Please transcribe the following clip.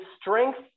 strength